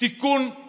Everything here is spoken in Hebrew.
תיקון של